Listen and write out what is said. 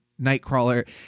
Nightcrawler